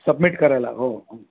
submit करायला हो हो